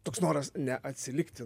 toks noras neatsilikti